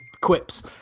quips